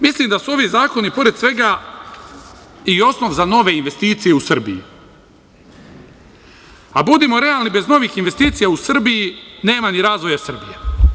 Mislim da su ovi zakoni, pored svega, osnov za nove investicije u Srbiji, a budimo realni, bez novih investicija u Srbiji nema ni razvoja Srbije.